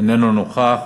אינו נוכח,